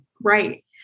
Right